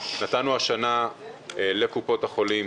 נתנו השנה לקופות החולים